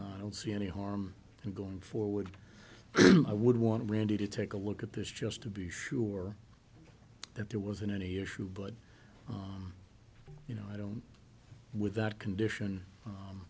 i don't see any harm in going forward i would want to randy to take a look at this just to be sure that there wasn't any issue but you know i don't without condition